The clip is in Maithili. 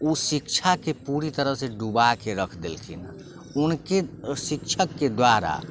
ओ शिक्षाके पूरी तरहसँ डुबाके राखि देलखिन हँ हुनके शिक्षकके द्वारा